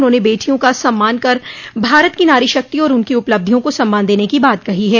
उन्होंन बेटियों का सम्मान कर भारत की नारी शक्ति और उनकी उपलब्धियों को सम्मान देने की बात कही ह